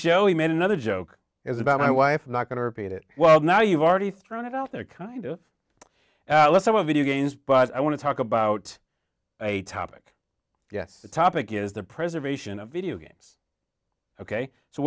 he made another joke as about my wife i'm not going to repeat it well now you've already thrown it out there kind of let's have a video games but i want to talk about a topic yes the topic is the preservation of video games ok so